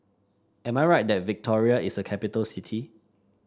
am I right that Victoria is a capital city